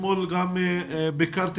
אתמול ביקרתי